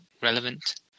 relevant